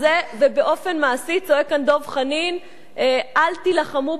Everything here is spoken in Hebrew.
ובאופן מעשי צועק כאן דב חנין: אל תילחמו ב"חמאס",